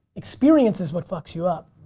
experience is what fucks you up.